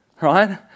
Right